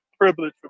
privilege